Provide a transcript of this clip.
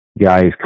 guys